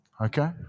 Okay